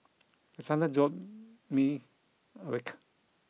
the thunder jolt me awake